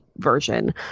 version